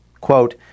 quote